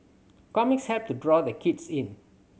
comics help to draw the kids in